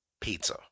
pizza